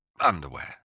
underwear